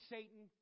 Satan